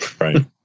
Right